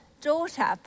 daughter